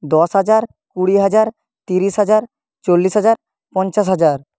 দশ হাজার কুড়ি হাজার তিরিশ হাজার চল্লিশ হাজার পঞ্চাশ হাজার